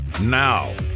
Now